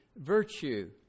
virtue